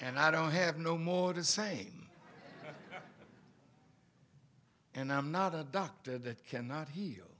and i don't have no more to same and i'm not a doctor that cannot hea